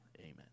Amen